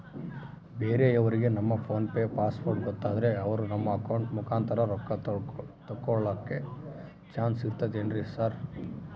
ಬೇರೆಯವರಿಗೆ ನಮ್ಮ PhonePe password ಗೊತ್ತಾದ್ರೆ ಅವರು ನಮ್ಮ ಅಕೌಂಟ್ ಮುಖಾಂತರ ರೊಕ್ಕ ತಕ್ಕೊಳ್ಳೋ ಚಾನ್ಸ್ ಇರ್ತದೆನ್ರಿ ಸರ್?